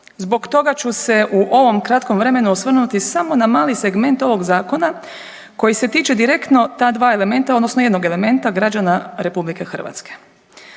Zbog toga ću se u ovom kratkom vremenu osvrnuti samo na mali segment ovog zakona koji se tiče direktno ta dva elementa odnosno jednog elementa građana RH. U razloge